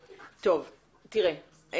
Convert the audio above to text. טוב, תראה.